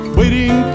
waiting